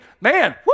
man